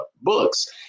books